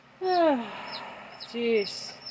jeez